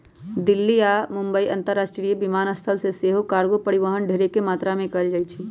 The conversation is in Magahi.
दिल्ली आऽ मुंबई अंतरराष्ट्रीय विमानस्थल से सेहो कार्गो परिवहन ढेरेक मात्रा में कएल जाइ छइ